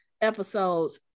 episodes